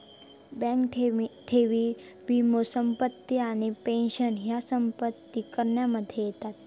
bank ठेवी, वीमो, संपत्ती आणि पेंशन ह्या संपत्ती करामध्ये येता